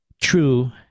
true